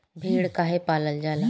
भेड़ काहे पालल जाला?